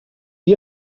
dir